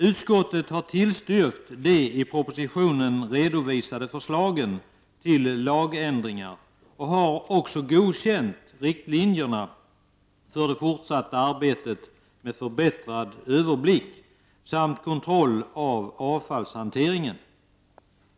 Utskottet har tillstyrkt de i propositionen redovisade förslagen till lagändringar och har också godkänt riktlinjerna för det fortsatta arbetet med förbättrad överblick samt kontroll av avfallshanteringen.